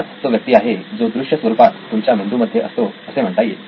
हाच तो व्यक्ती आहे जो दृश्य स्वरूपात तुमच्या मेंदूमध्ये असतो असे म्हणता येईल